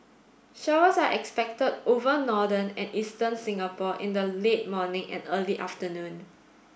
showers are expected over northern and eastern Singapore in the late morning and early afternoon